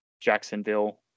Jacksonville